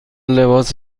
لباس